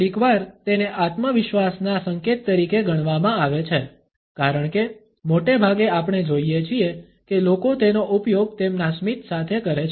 કેટલીકવાર તેને આત્મવિશ્વાસના સંકેત તરીકે ગણવામાં આવે છે કારણ કે મોટેભાગે આપણે જોઇએ છીએ કે લોકો તેનો ઉપયોગ તેમના સ્મિત સાથે કરે છે